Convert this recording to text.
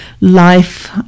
life